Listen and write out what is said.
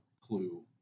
clue